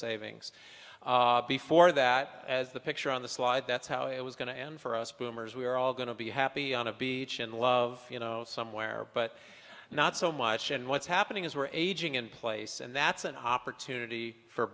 savings before that as the picture on the slide that's how it was going to end for us boomers we are all going to be happy on a beach in love you know somewhere but not so much in what's happening as we're aging in place and that's an opportunity for